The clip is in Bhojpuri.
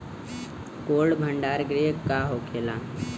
कोल्ड भण्डार गृह का होखेला?